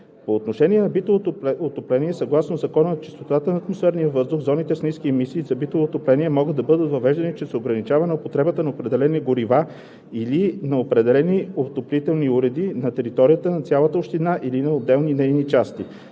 По отношение на битовото отопление. Съгласно Закона за чистотата на атмосферния въздух зоните с ниски емисии за битово отопление могат да бъдат въвеждани чрез ограничаване употребата на определени горива или на определени отоплителни уреди на територията на цялата община, или на отделни нейни части.